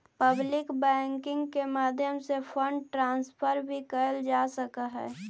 public banking के माध्यम से फंड ट्रांसफर भी कैल जा सकऽ हइ